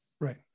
Right